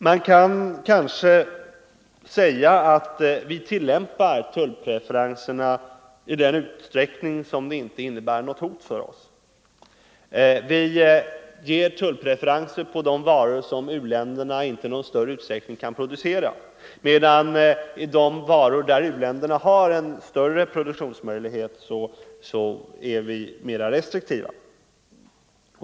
Man kan kanske säga att vi tillämpar tullpreferenser i den utsträckning som de inte innebär något hot för oss. Vi ger tullpreferenser på de varor som u-länderna inte i någon större utsträckning kan producera, medan vi är mera restriktiva när det gäller de varor där u-ländernas produktionsmöjligheter är större.